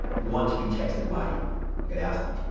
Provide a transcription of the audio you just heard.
want to be texted by you? you got to ask them.